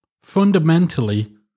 Fundamentally